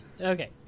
Okay